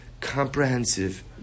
comprehensive